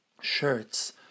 shirts